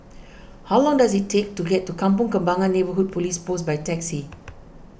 how long does it take to get to Kampong Kembangan Neighbourhood Police Post by taxi